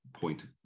point